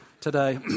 today